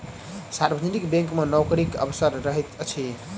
सार्वजनिक बैंक मे नोकरीक अवसर रहैत अछि